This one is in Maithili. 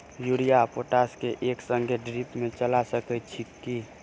यूरिया आ पोटाश केँ एक संगे ड्रिप मे चला सकैत छी की?